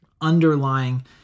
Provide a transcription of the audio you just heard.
underlying